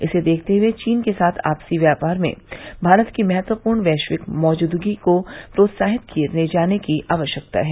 इसे देखते हुए चीन के साथ आपसी व्यापार में भारत की महत्वपूर्ण वैश्विक मौजूदगी को प्रोत्साहित किए जाने की आवश्यकता है